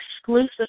exclusive